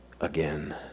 again